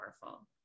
powerful